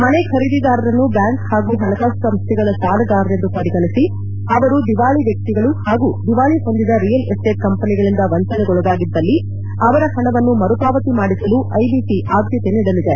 ಮನೆ ಖರೀದಿದಾರರನ್ನು ಬ್ಲಾಂಕ್ ಹಾಗೂ ಹಣಕಾಸು ಸಂಸ್ಟೆಗಳ ಸಾಲಗಾರರೆಂದು ಪರಿಗಣಿಸಿ ಅವರು ದಿವಾಳಿ ವ್ನಕ್ತಿಗಳು ಹಾಗೂ ದಿವಾಳಿ ಹೊಂದಿದ ರಿಯಲ್ ಎಸ್ಸೇಟ್ ಕಂಪೆನಿಗಳಿಂದ ವಂಚನೆಗೊಳಗಾಗಿದ್ದಲ್ಲಿ ಅವರ ಹಣವನ್ನು ಮರುಪಾವತಿ ಮಾಡಿಸಲು ಐಬಿಸಿ ಆದ್ಲತೆ ನೀಡಲಿದೆ